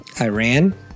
Iran